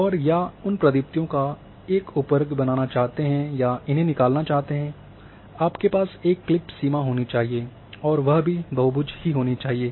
और या उन प्रदीप्तियों का एक उपवर्ग बनाना चाहते या इन्हें निकालना चाहते हैं आपके पास एक क्लिप सीमा होनी चाहिए और वह भी बहुभुज ही होनी चाहिए